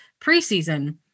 preseason